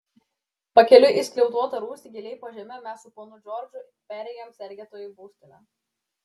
pakeliui į skliautuotą rūsį giliai po žeme mes su ponu džordžu perėjom sergėtojų būstinę